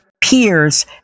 peers